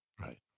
Right